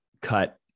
cut